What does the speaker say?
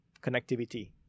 connectivity